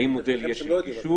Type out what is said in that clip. האם מודל של גישור,